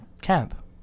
Camp